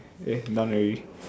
eh done ready